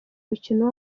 mukino